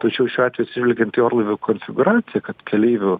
tačiau šiuo atveju atsižvelgiant į orlaivio konfigūraciją kad keleivių